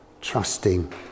trusting